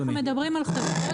אנחנו מדברים על חברות,